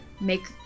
make